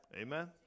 Amen